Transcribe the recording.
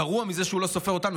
גרוע מזה שהוא לא סופר אותנו,